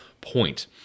point